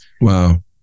Wow